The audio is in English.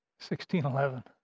1611